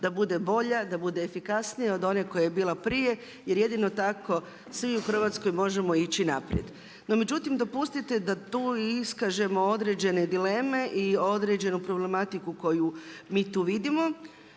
da bude bolje, da bude efikasnija od one koja je bila prije jer jedino tako svi u Hrvatskoj možemo ići naprijed. No, međutim dopustite da tu iskažemo određene dileme i određenu problematiku koju mi tu vidimo.